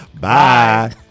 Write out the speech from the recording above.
Bye